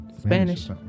spanish